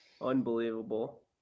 Unbelievable